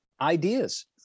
ideas